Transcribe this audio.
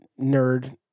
nerd